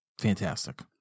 fantastic